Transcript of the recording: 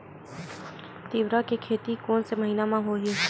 तीवरा के खेती कोन से महिना म होही?